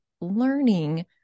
learning